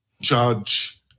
judge